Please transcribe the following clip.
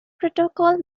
protocol